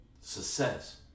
success